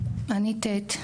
אני ט',